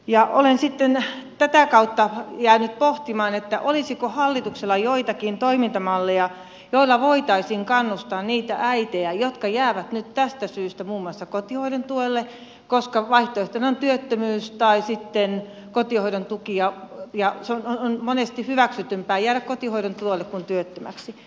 olen sitten tätä kautta jäänyt pohtimaan olisiko hallituksella joitakin toimintamalleja joilla voitaisiin kannustaa niitä äitejä jotka jäävät nyt tästä syystä muun muassa kotihoidon tuelle koska vaihtoehtona on työttömyys tai sitten kotihoidon tuki ja se on monesti hyväksytympää jäädä kotihoidon tuelle kuin työttömäksi